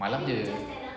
malam jer